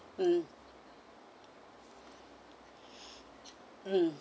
mm mm